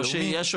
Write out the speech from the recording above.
או שיש,